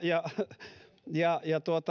ja ja